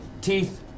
teeth